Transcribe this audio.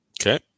Okay